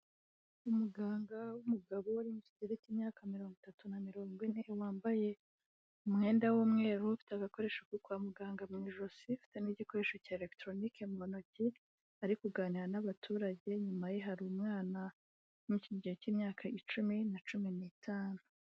Umuganga w'umugabo uri mu kigero cy'imyaka mirongo itatu na mirongo ine, wambaye umwenda w'umweru, ufite agakoresho ko kwa muganga mu ijosi, ufite n'igikoresho cya elegitoronike mu ntoki, ari kuganira n'abaturage, inyuma ye hari umwana uri mu kigero cy'imyaka cumi na cumi n'itanu.